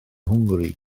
hwngari